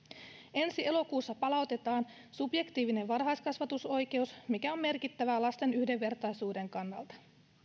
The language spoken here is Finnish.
ensi elokuussa palautetaan subjektiivinen varhaiskasvatusoikeus mikä on merkittävää lasten yhdenvertaisuuden kannalta